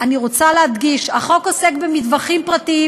אני רוצה להדגיש: החוק עוסק במטווחים פרטיים